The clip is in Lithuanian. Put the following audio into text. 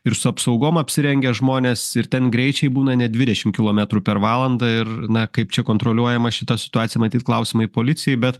ir su apsaugom apsirengę žmonės ir ten greičiai būna ne dvidešimt kilometrų per valandą ir na kaip čia kontroliuojama šita situacija matyt klausimai policijai bet